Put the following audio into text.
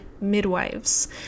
midwives